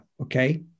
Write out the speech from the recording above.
okay